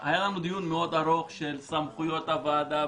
היה לנו דיון מאוד ארוך על סמכויות הוועדה,